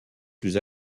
plus